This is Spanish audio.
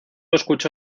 escuchó